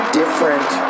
different